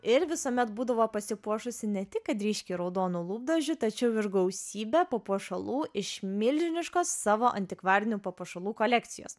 ir visuomet būdavo pasipuošusi ne tik kad ryškiai raudonų lūpdažiu tačiau ir gausybe papuošalų iš milžiniškos savo antikvarinių papuošalų kolekcijos